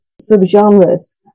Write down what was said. sub-genres